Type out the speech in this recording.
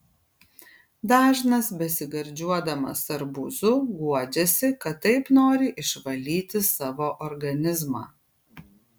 dažnas besigardžiuodamas arbūzu guodžiasi kad taip nori išvalyti savo organizmą